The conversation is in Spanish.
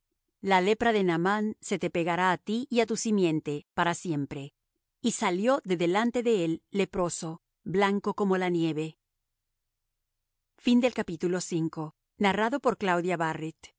la lepra de naamán se te pegará á ti y á tu simiente para siempre y salió de delante de él leproso blanco como la nieve los hijos de los